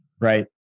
right